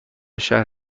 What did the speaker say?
شهر